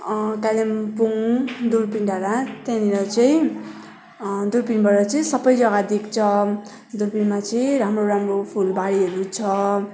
कालिम्पोङ दूर्पिन डाँडा त्यहाँनिर चाहिँ दूर्पिनबाट चाहिँ सबै जग्गा देख्छ दूर्पिनमा चाहिँ राम्रो राम्रो फुलबारीहरू छ